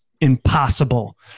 impossible